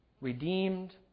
redeemed